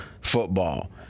football